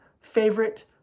favorite